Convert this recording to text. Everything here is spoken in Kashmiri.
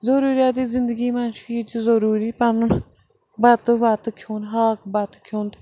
ضٔروٗریاتی زِندگی منٛز چھُ یہِ تہِ ضٔروٗری پَنُن بَتہٕ وَتہٕ کھیوٚن ہاکھ بَتہٕ کھیوٚن تہٕ